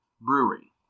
Brewery